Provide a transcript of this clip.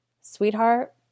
sweetheart